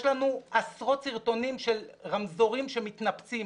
יש לנו עשרות סרטונים של רמזורים שמתנפצים,